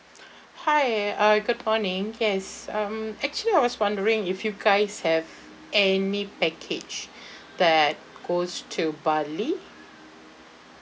hi uh good morning yes um actually I was wondering if you guys have any package that goes to bali